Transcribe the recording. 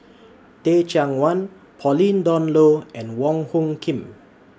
Teh Cheang Wan Pauline Dawn Loh and Wong Hung Khim